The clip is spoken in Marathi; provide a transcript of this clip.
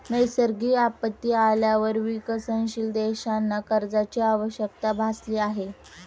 नैसर्गिक आपत्ती आल्यावर विकसनशील देशांना कर्जाची आवश्यकता भासली आहे